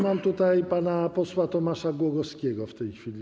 Mam tutaj pana posła Tomasza Głogowskiego w tej chwili.